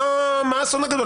מהו האסון הגדול?